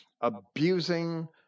abusing